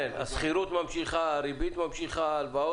כן, השכירות יורדת, הריבית על ההלוואות